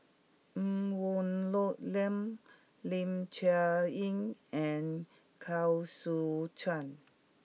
Ng Woon Lam Ling Cher Eng and Koh Seow Chuan